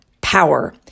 power